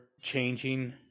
changing